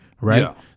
Right